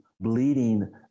bleeding